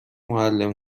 معلم